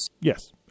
Yes